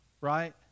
right